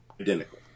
identical